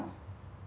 I forgot leh